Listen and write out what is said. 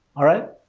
alright?